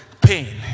pain